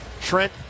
Trent